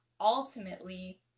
ultimately